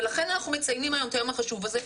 ולכן אנחנו מציינים היום את היום החשוב הזה,